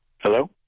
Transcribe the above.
Hello